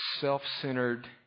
self-centered